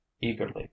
Eagerly